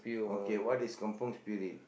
okay what is Kampung Spirit